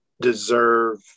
deserve